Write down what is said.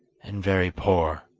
and very poor.